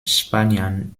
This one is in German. spaniern